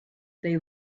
they